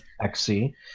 xc